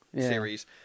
series